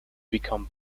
become